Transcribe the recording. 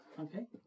Okay